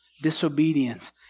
disobedience